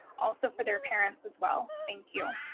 also for their parents as well, thank you.